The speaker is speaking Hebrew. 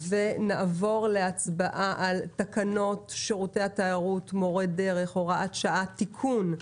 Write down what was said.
נעבור להצבעה על תקנות שירותי תיירות (מורי דרך) (הוראת שעה) (תיקון),